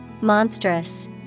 Monstrous